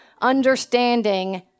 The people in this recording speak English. understanding